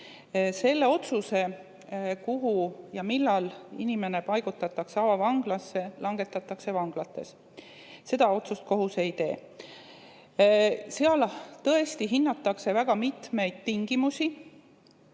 otsus, millal inimene paigutatakse avavanglasse ja kuhu, langetatakse vanglates. Seda otsust kohus ei tee. Seal tõesti hinnatakse väga mitmeid tingimusi.